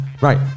Right